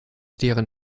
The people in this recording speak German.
deren